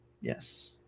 yes